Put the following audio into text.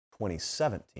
2017